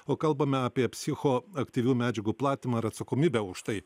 o kalbame apie psichoaktyvių medžiagų platinimą ir atsakomybę už tai